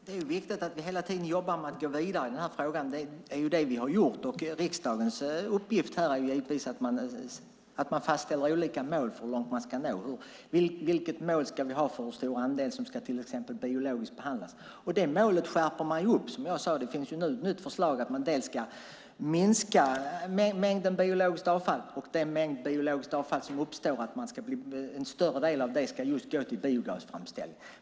Fru talman! Det är viktigt att vi hela tiden jobbar med att gå vidare i den här frågan. Det är det vi har gjort, och riksdagens uppgift är att fastställa olika mål för hur långt man ska nå. Vilket mål ska vi ha till exempel för hur stor andel som ska behandlas biologiskt? Det målet skärps nu upp, som jag sade. Det finns ett nytt förslag om att man ska minska mängden biologiskt avfall och att en större del av den mängd biologiskt avfall som uppstår ska gå till biogasframställning.